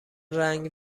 رنگ